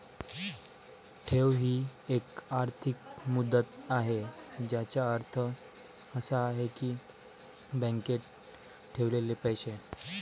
ठेव ही एक आर्थिक मुदत आहे ज्याचा अर्थ असा आहे की बँकेत ठेवलेले पैसे